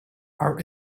our